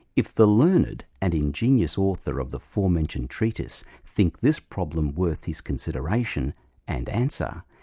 if the learned and ingenious author of the forementioned treatise think this problem worth his consideration and answer,